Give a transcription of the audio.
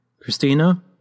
Christina